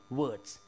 words